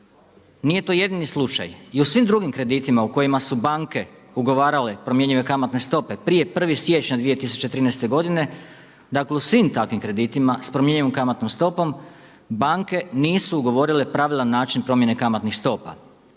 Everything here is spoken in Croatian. Nije to jedini slučaj i u svim drugim kreditima u kojima su banke ugovarale promjenjive kamatne stope prije 1. siječnja 2013. godine. Dakle u svim takvim kreditima s promjenjivom kamatnom stopom banke nisu ugovorile pravilan način promjene kamatnih stopa